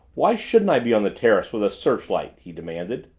why shouldn't i be on the terrace with a searchlight? he demanded.